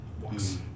walks